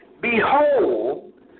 Behold